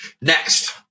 next